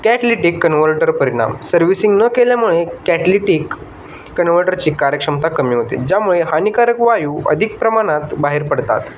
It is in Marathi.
कॅटलिटिक कन्वर्टर परिणाम सर्व्हिसिंग न केल्यामुळे कॅटलिटिक कन्वर्टरची कार्यक्षमता कमी होते ज्यामुळे हानिकारक वायू अधिक प्रमाणात बाहेर पडतात